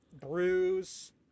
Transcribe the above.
bruise